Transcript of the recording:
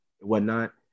whatnot